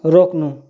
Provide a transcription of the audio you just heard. रोक्नु